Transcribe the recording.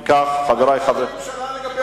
אם כך, חברי חברי,